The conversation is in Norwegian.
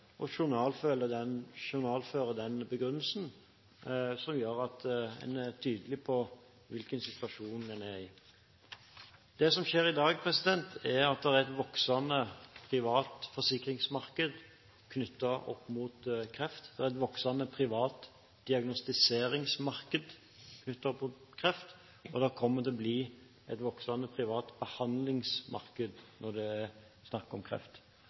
å journalføre den begrunnelsen, som gjør at en er tydelig på hvilken situasjon en er i. Det som skjer i dag, er at det er et voksende privat forsikringsmarked knyttet til kreft, det er et voksende privat diagnostiseringsmarked knyttet til kreft, og det kommer til å bli et voksende privat behandlingsmarked når det er snakk om kreft.